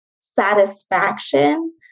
satisfaction